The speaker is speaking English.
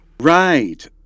Right